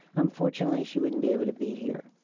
unfortunately, she wouldn't be able to be here.